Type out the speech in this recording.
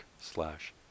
slash